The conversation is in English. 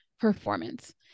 performance